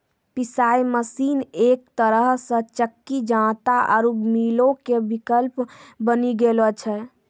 पिशाय मशीन एक तरहो से चक्की जांता आरु मीलो के विकल्प बनी गेलो छै